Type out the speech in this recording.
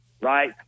right